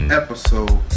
episode